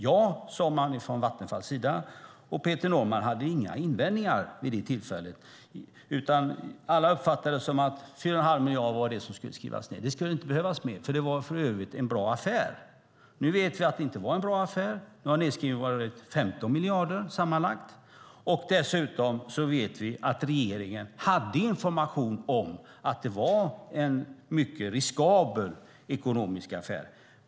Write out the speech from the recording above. Ja, sade man från Vattenfalls sida, och Peter Norman hade inga invändningar vid det tillfället. Alla uppfattade det så att 4,5 miljarder kronor var det som skulle skrivas ned. Det skulle inte behövas mer, för det var för övrigt en bra affär. Nu vet vi att det inte var en bra affär. Nu har nedskrivningen varit 15 miljarder kronor sammanlagt. Dessutom vet vi att regeringen hade information om att det var en mycket riskabel ekonomisk affär.